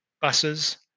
buses